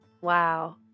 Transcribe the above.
wow